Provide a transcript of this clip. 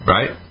Right